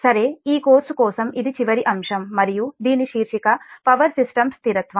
సరే ఈ కోర్సు కోసం ఇది చివరి అంశం మరియు దీని శీర్షిక పవర్ సిస్టమ్ స్థిరత్వం